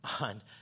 on